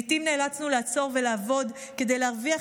לעיתים נאלצנו לעצור ולעבוד כדי להרוויח